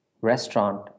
restaurant